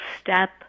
step